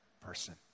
person